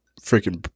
freaking